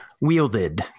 wielded